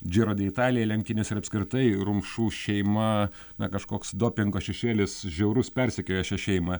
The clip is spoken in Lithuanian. džiro de italija lenktynėse ir apskritai rumšų šeima na kažkoks dopingo šešėlis žiaurus persekioja šią šeimą